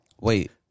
Wait